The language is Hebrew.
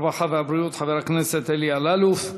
הרווחה והבריאות חבר הכנסת אלי אלאלוף.